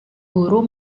guru